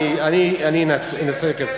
אני הבטחתי רבע שעה, אני אנסה לקצר.